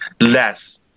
less